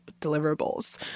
deliverables